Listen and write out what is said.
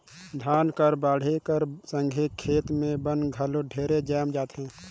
धान कर बाढ़े कर संघे खेत मे बन मन घलो ढेरे जाएम जाथे